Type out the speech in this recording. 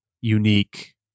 unique